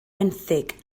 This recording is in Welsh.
benthyg